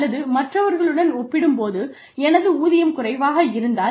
அல்லது மற்றவர்களுடன் ஒப்பிடும்போது எனது ஊதியம் குறைவாக இருந்தால்